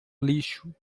lixo